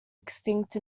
extinct